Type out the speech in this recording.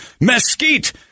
mesquite